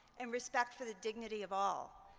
and respect for the dignity of all.